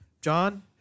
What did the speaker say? John